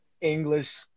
English